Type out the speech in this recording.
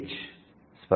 'teach'